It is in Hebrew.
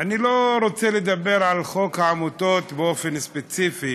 אני לא רוצה לדבר על חוק העמותות באופן ספציפי.